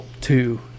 Two